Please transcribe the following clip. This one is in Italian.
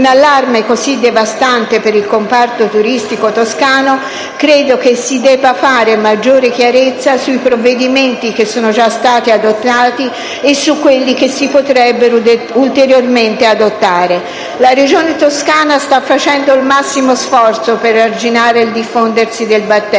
un allarme devastante per il comparto turistico toscano, credo si debba fare maggiore chiarezza sui provvedimenti che sono già stati adottati e su quelli che si potrebbero ulteriormente adottare. La Regione Toscana sta facendo il massimo sforzo per arginare il diffondersi del batterio.